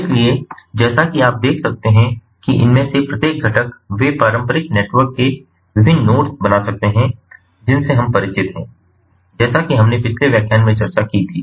इसलिए जैसा कि आप देख सकते हैं कि इनमें से प्रत्येक घटक वे पारंपरिक नेटवर्क के विभिन्न नोड्स बना सकते हैं जिनसे हम परिचित हैं जैसा कि हमने पिछले व्याख्यान में चर्चा की थी